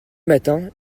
matins